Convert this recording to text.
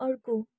अर्को